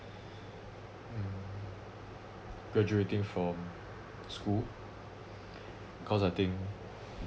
mm graduating from school cause I think